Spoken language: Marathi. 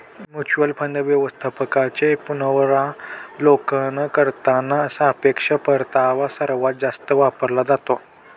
म्युच्युअल फंड व्यवस्थापकांचे पुनरावलोकन करताना सापेक्ष परतावा सर्वात जास्त वापरला जातो